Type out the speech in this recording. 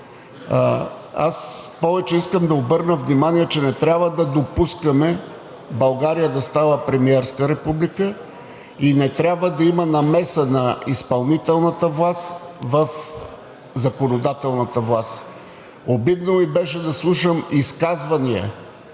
Аз повече искам да обърна внимание, че не трябва да допускаме България да стане премиерска република и не трябва да има намеса на изпълнителната власт в законодателната власт. Обидно ми беше да слушам изказвания